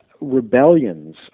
rebellions